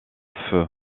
feu